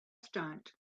stunt